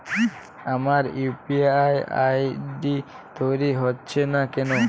আমার UPI ID তৈরি হচ্ছে না কেনো?